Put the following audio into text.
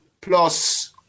plus